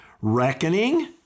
reckoning